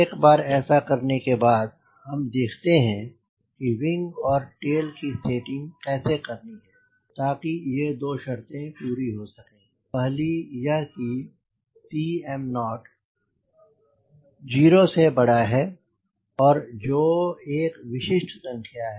एक बार ऐसा करने के बाद हम देखते हैं की विंग और टेल की सेटिंग कैसे करनी है ताकि ये दो शर्तें पूरी हो सकें पहली यह कि Cm00 और जो एक विशिष्ट संख्या है